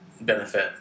benefit